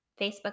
Facebook